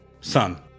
Son